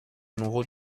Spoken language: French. renouveau